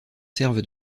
servent